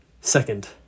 Second